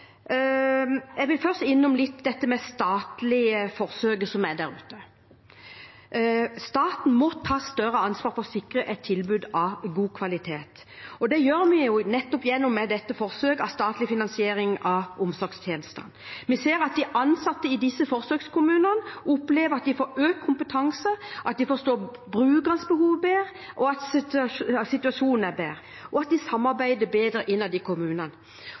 Jeg vil først innom dette med det statlige forsøket. Staten må ta større ansvar for å sikre et tilbud av god kvalitet. Det gjør vi nettopp gjennom dette forsøket med statlig finansiering av omsorgstjenester. Vi ser at de ansatte i forsøkskommunene opplever at de får økt kompetanse, at de forstår brukernes behov bedre, at situasjonen er bedre, og at de samarbeider bedre innad i kommunene.